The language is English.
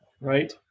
Right